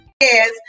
Yes